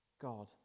God